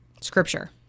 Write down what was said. Scripture